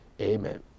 Amen